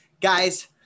guys